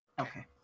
Okay